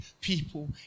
people